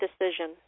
decision